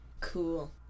Cool